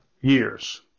years